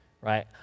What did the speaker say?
right